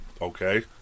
okay